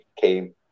came